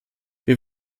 wir